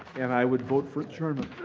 and i would vote for adjournment.